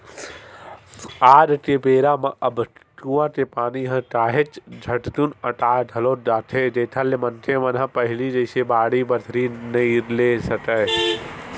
आज के बेरा म अब कुँआ के पानी ह काहेच झटकुन अटा घलोक जाथे जेखर ले मनखे मन ह पहिली जइसे बाड़ी बखरी नइ ले सकय